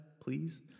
please